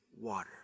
water